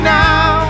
now